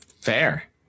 Fair